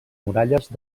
muralles